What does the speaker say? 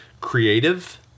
Creative